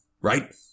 Right